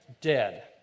Dead